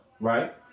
right